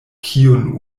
kiun